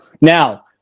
Now